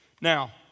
Now